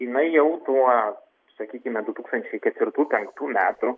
jinai jau tuo sakykime du tūkstančiai ketvirtų penktų metų